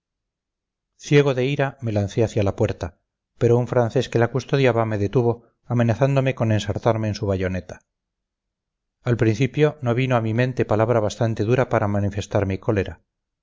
ciego de ira me lancé hacia la puerta pero un francés que la custodiaba me detuvo amenazándome con ensartarme en su bayoneta al principio no vino a mi mente palabra bastante dura para manifestar mi cólera